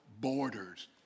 borders